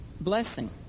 blessing